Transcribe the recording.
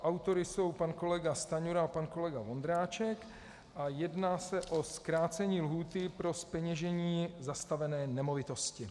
Autory jsou pan kolega Stanjura a pan kolega Vondráček a jedná se o zkrácení lhůty pro zpeněžení zastavené nemovitosti.